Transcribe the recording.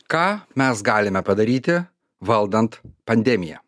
ką mes galime padaryti valdant pandemiją